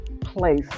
place